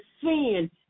sin